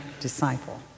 disciple